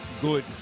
good